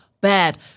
bad